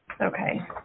Okay